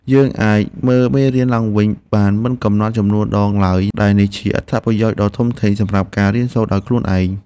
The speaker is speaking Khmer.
យើងអាចមើលមេរៀនឡើងវិញបានមិនកំណត់ចំនួនដងឡើយដែលនេះជាអត្ថប្រយោជន៍ដ៏ធំធេងសម្រាប់ការរៀនសូត្រដោយខ្លួនឯង។